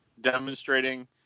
demonstrating